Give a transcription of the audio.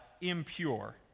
impure